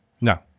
No